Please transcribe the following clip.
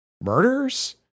murders